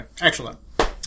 Excellent